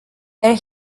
there